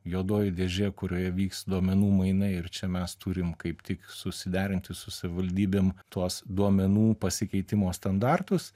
juodoji dėžė kurioje vyks duomenų mainai ir čia mes turim kaip tik susiderinti su savivaldybėm tuos duomenų pasikeitimo standartus